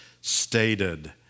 stated